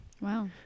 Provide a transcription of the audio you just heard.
Wow